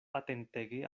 atentege